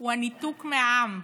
הוא הניתוק מהעם.